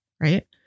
right